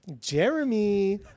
Jeremy